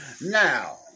Now